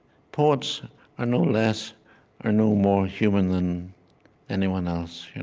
poets are no less or no more human than anyone else.